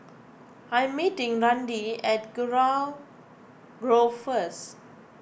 I am meeting Randi at Kurau Grove first